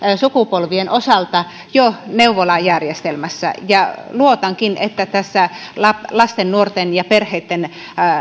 sukupolviemme osalta jo neuvolajärjestelmässä luotankin että lasten nuorten ja perheitten